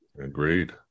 Agreed